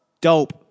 Dope